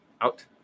out